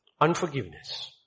Unforgiveness